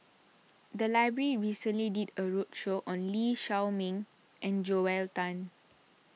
the library recently did a roadshow on Lee Shao Meng and Joel Tan